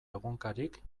egunkarik